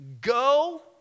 Go